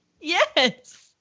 Yes